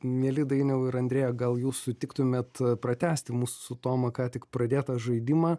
mieli dainiau ir andreja gal jūs sutiktumėt pratęsti mūsų su toma ką tik pradėtą žaidimą